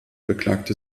beklagte